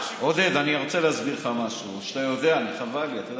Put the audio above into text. אתה יודע מה החשיבות של זה.